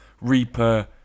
Reaper